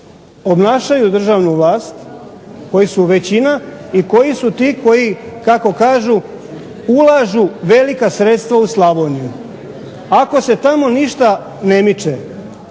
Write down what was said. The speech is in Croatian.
obnašaju državnu vlast, koji su većina i koji su ti kako kažu ulažu velika sredstva u Slavoniju. Ako se tamo ništa ne miče,